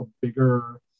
bigger